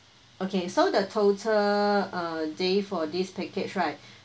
okay so the total uh day for this package right